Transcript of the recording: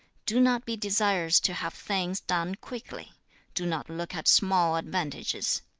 do not be desirous to have things done quickly do not look at small advantages.